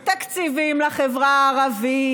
הרס,